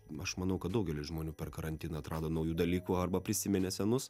aš manau kad daugelis žmonių per karantiną atrado naujų dalykų arba prisiminė senus